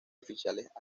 oficiales